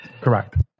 Correct